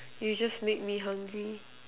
you just made me hungry